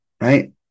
right